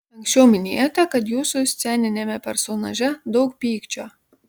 anksčiau minėjote kad jūsų sceniniame personaže daug pykčio